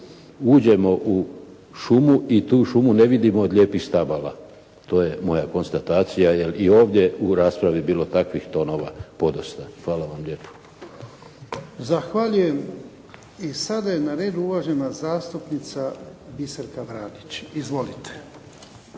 uđemo u šumu i tu šumu ne vidimo od lijepih stabala, to je moja konstatacija jel' i ovdje bilo u raspravi takvih tonova podosta. Hvala vam lijepa. **Jarnjak, Ivan (HDZ)** Zahvaljujem. I sada je na redu uvažena zastupnica Biserka Vranić. Izvolite.